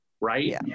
right